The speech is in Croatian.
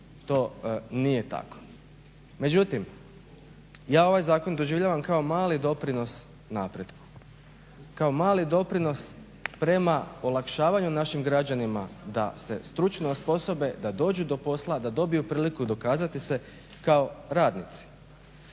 to nije tako. Međutim, ja ovaj zakon doživljavam kao mali doprinos napretku, kao mali doprinos prema olakšavanju našim građanima da se stručno osposobe, da dođu do posla, da dobiju priliku dokazati se kao radnici.